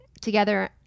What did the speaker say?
together